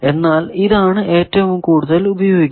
എന്നാൽ ഇതാണ് ഏറ്റവും കൂടുതൽ ഉപയോഗിക്കുന്നത്